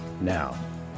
Now